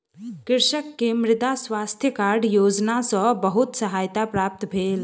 कृषक के मृदा स्वास्थ्य कार्ड योजना सॅ बहुत सहायता प्राप्त भेल